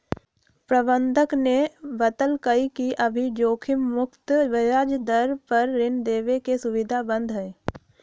प्रबंधक ने बतल कई कि अभी जोखिम मुक्त ब्याज दर पर ऋण देवे के सुविधा बंद हई